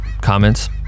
comments